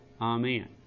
Amen